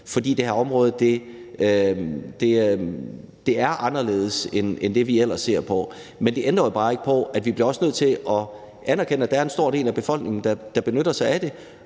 Det her område er anderledes end det, vi ellers ser på, men det ændrer jo bare ikke ved, at vi også bliver nødt til at anerkende, at der er en stor del af befolkningen, der benytter sig af det,